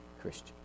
Christian